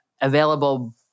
available